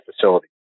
facility